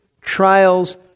trials